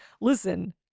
Listen